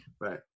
Right